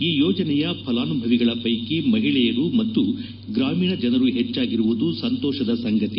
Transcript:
ಈ ಯೋಜನೆಯ ಫಲಾನುಭವಿಗಳ ಪೈಕಿ ಮಹಿಳೆಯರು ಮತ್ತು ಗ್ರಾಮೀಣ ಜನರು ಹೆಚ್ಚಾಗಿರುವುದು ಸಂತೋಷದ ಸಂಗತಿ